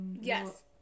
Yes